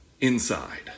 inside